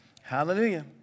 Hallelujah